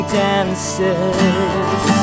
dances